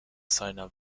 seiner